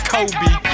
Kobe